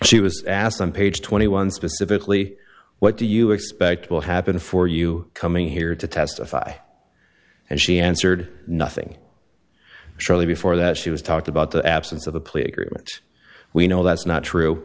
she was asked on page twenty one specifically what do you expect will happen for you coming here to testify and she answered nothing shortly before that she was talked about the absence of the plea agreement we know that's not true